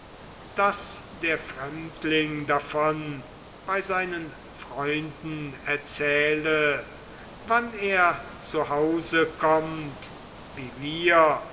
daß der fremdling davon bei seinen freunden erzähle wann er zu hause kommt wie wir